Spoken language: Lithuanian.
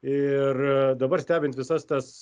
ir dabar stebint visas tas